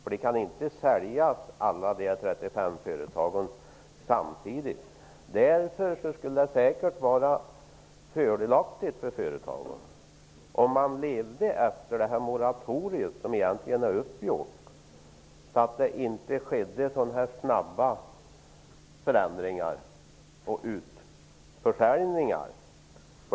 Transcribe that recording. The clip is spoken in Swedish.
Alla 35 företag kan inte säljas samtidigt. Därför vore det säkert fördelaktigt för företagen om man levde upp det uppgjorda moratoriet, så att det inte skedde så här snabba förändringar och utförsäljningar.